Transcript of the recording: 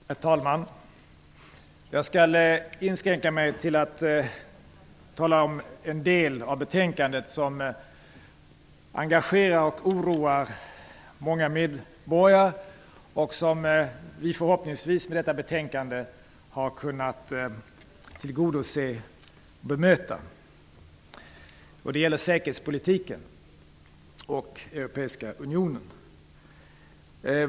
Herr talman! Jag skall inskränka mig till att tala om en del av betänkandet där något som engagerar och oroar många medborgare tas upp. Förhoppningsvis har vi kunnat bemöta detta i betänkandet. Det gäller säkerhetspolitiken och den europeiska unionen.